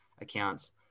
accounts